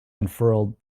unfurled